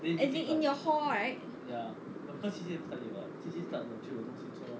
as in in your hall right